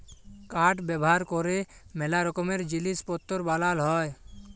কাঠ ব্যাভার ক্যরে ম্যালা রকমের জিলিস পত্তর বালাল হ্যয়